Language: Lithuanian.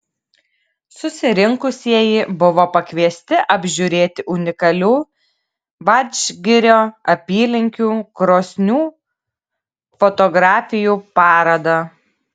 susirinkusieji buvo pakviesti apžiūrėti unikalių vadžgirio apylinkių krosnių fotografijų parodą